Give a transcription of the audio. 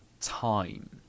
time